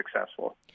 successful